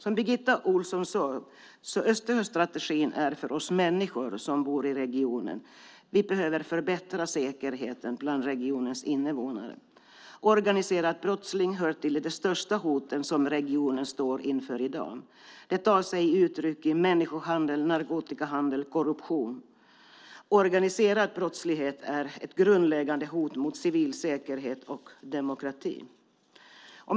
Som Birgitta Ohlsson sade är Östersjöstrategin till för oss människor som bor i regionen. Vi behöver förbättra säkerheten för regionens invånare. Den organiserade brottsligheten hör till de största hoten som regionen står inför i dag. Den tar sig uttryck i människohandel, narkotikahandel och korruption. Den organiserade brottsligheten är ett grundläggande hot mot civil säkerhet och demokrati.